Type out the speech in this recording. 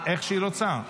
איך שהיא רוצה.